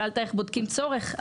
שאלת איך בודקים צורך?